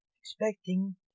expecting